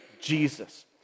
Jesus